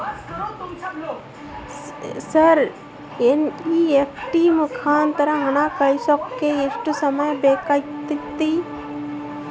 Sir NEFT ಮುಖಾಂತರ ಹಣ ಕಳಿಸೋಕೆ ಎಷ್ಟು ಸಮಯ ಬೇಕಾಗುತೈತಿ?